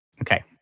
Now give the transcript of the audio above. Okay